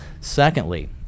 Secondly